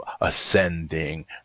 ascending